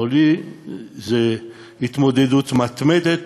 עוני זה התמודדות מתמדת,